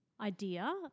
idea